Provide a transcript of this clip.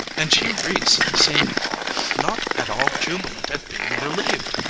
and g. reece seemed not at all jubilant at being relieved.